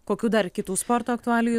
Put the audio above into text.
kokių dar kitų sporto aktualijų